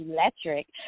Electric